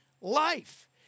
life